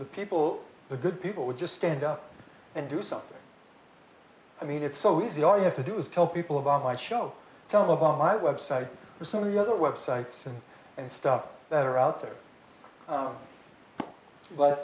the people the good people would just stand up and do something i mean it's so easy all you have to do is tell people about my show tell about my website with some of the other websites and stuff that are out there